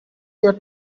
your